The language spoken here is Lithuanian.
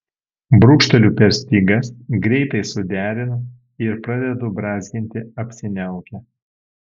brūkšteliu per stygas greitai suderinu ir pradedu brązginti apsiniaukę